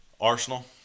Arsenal